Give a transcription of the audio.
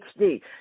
HD